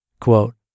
Quote